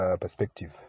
perspective